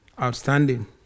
Outstanding